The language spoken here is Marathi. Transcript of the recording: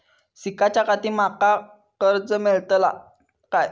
शिकाच्याखाती माका कर्ज मेलतळा काय?